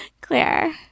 Claire